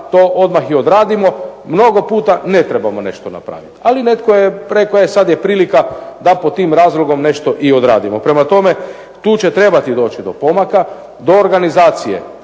to odmah i odradimo. Mnogo puta ne trebamo nešto napraviti. Ali netko je rekao e sada je prilika da pod tim razlogom nešto i odradimo. Prema tome, tu će trebati doći do pomaka, do organizacije.